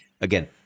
again